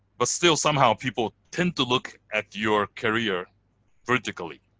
but still somehow people tend to look at your career vertically.